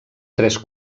tres